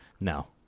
no